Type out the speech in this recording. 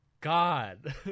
God